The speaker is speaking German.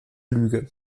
lüge